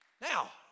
Now